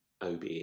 OBE